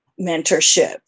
mentorship